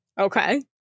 Okay